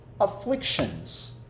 afflictions